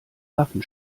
waffen